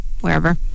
wherever